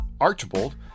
Archibald